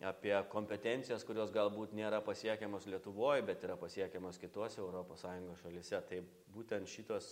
apie kompetencijas kurios galbūt nėra pasiekiamos lietuvoj bet yra pasiekiamos kituose europos sąjungos šalyse tai būtent šitos